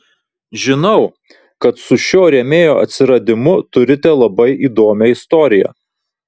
žinau kad su šiuo rėmėjo atsiradimu turite labai įdomią istoriją